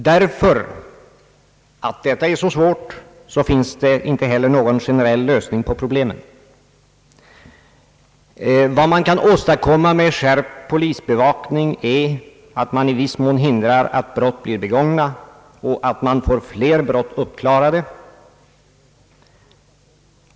Därför finns det inte heller någon generell lösning av problemen. Vad man kan åstadkomma med skärpt polisbevakning är att man i viss mån hindrar att brott blir begångna och att man får flera brott uppklarade.